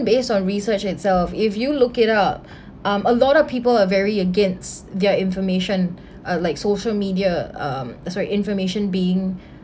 based on research itself if you look it up um a lot of people are very against their information or like social media um sorry information being